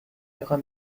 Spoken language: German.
ihrer